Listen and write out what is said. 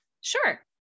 sure